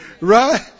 right